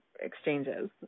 exchanges